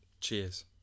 cheers